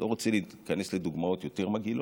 אני לא רוצה להיכנס לדוגמאות יותר מגעילות,